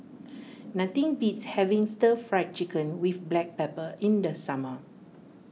nothing beats having Stir Fry Chicken with Black Pepper in the summer